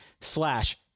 slash